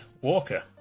walker